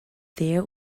there